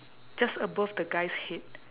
just above the guy's head